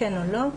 כן או לא,